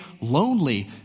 lonely